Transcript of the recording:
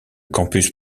campus